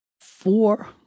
four